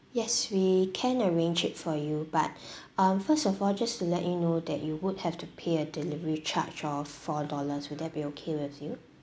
yes we can arrange it for you but um first of all just to let you know that you would have to pay a delivery charge of four dollars will that be okay with you